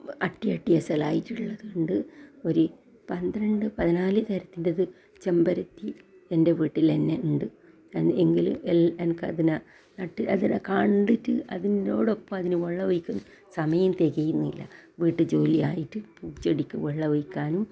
അട്ടിയട്ടി ഇതളായിട്ടുള്ളതുണ്ടു ഒരു പത്രണ്ട് പതിനാല് തരത്തിൻ്റെത് ചെമ്പരത്തി എൻ്റെ വീട്ടിലന്നെ ഉണ്ട് എങ്കിലും എനിക്കതിന അതിനെ കണ്ടിട്ട് അതിനോടൊപ്പം അതിന് വെള്ളമൊഴിക്കുക സമയം തികയുന്നില്ല വീട്ടുജോലിയായിട്ട് പൂ ചെടിക്ക് വെള്ളമൊഴിക്കാനും